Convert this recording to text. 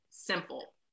simple